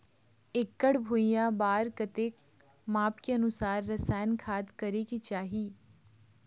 एकड़ भुइयां बार कतेक माप के अनुसार रसायन खाद करें के चाही?